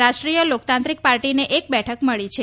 રાષ્ટ્રીય લોકતાંત્રિક પાર્ટીને એક બેઠક મળી છે